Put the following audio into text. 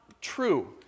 true